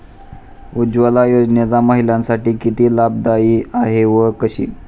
उज्ज्वला योजना महिलांसाठी किती लाभदायी आहे व कशी?